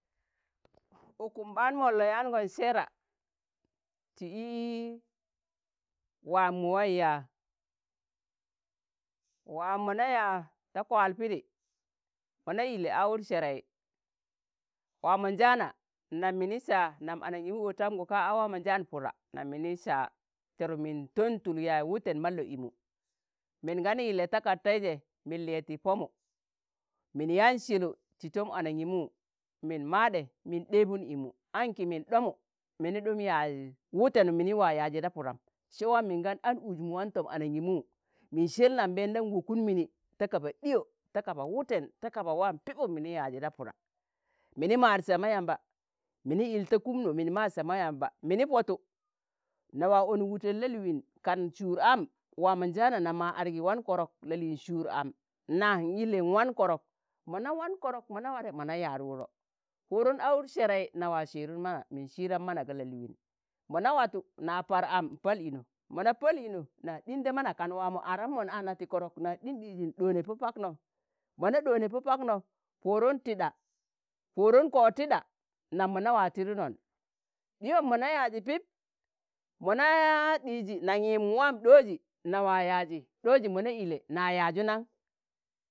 Ukum ɓaan mole yangon seera, ti i, waam mu wai yaa, waam mo na yaa ta kwaal Pidi, mo na ile awur serai, waamonjaana nam mini sa nam anagimu otamgu ka a waamonjaan Puda nam mini saa, terum min ton tul yaaz wuten ma lo'imu, min gan ile takard teije min liye ti Pomu, min yaan selo ti tom anagimu min maaɗe, min ɗebun imu, anki min ɗomu mini ɗum yaaz wutenum mini waa yaazi da Pudam, se waam min gan an uzmu wan tom anangimu min sel nam mendam wokun mini ta kaba ɗiyo, ta kaba wuten, ta kaba waam Pibum mini yaazi da Puda. mini maad sama yamba. mini il ta kumno min maad sama yamba mini potu, na wa onuk wuten la'liin kan suur am, waamonjaana nam waa adgi wan Korok la'liin suur am. Na n'ile nwan Korok mo na wan Korok, mo na ware mana yaad wudo Puudun awur Serai na wa Sidun mana, min Sidam mana ga la'liin mo na watu na Par am n'Pal ino mo na pal ino, na ɗin da mana kan waamoaram mon ana ti Korok, na ɗin ɗiji n'ɗoone Po pakno, mo na ɗoone Po Pakno Purun tiɗa, Purun ko tiɗa nam mona waa tidunon, ɗiyom mona yaazi Pip mona yaa ɗiji nan yim waam ɗooji na waa yaaji dooji mo na ile na yaazu nan?